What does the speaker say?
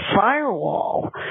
firewall